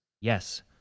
yes